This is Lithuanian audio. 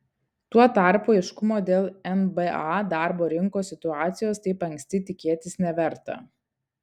tuo tarpu aiškumo dėl nba darbo rinkos situacijos taip anksti tikėtis neverta